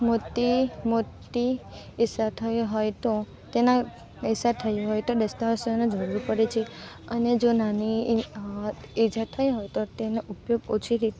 મોતી મોટી ઈજા થઈ હોય તો તેના પૈસા થઈ હોય તો દસ્તાવેજોને જરૂર પડે છે અને જો નાની ઇજા થઈ હોય તો તેને ઉપયોગ ઓછી